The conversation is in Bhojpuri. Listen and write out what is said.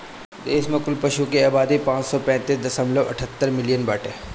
देश में कुल पशु के आबादी पाँच सौ पैंतीस दशमलव अठहत्तर मिलियन बाटे